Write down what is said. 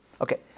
Okay